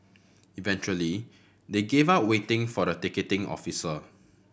eventually they gave up waiting for the ticketing officer